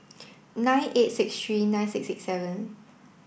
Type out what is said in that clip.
nine eight six three nine six six seven